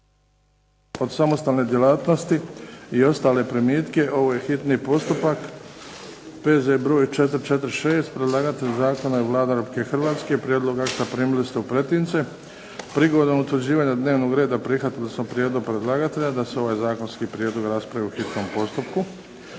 zakona, hitni postupak, prvo i drugo čitanje, P.Z. broj 446 Predlagatelj zakona je Vlada Republike Hrvatske. Prijedlog akta primili ste u pretince. Prilikom utvrđivanja dnevnog reda prihvatili smo prijedlog predlagatelja da se ovaj zakonski prijedlog raspravi u hitnom postupku.